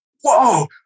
whoa